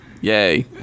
Yay